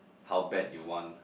how bad you want